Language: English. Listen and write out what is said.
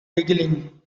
giggling